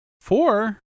four